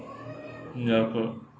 ya correct